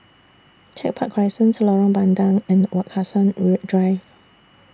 Tech Park Crescent Lorong Bandang and Wak Hassan Drive